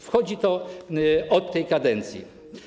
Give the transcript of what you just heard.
Wchodzi to od tej kadencji.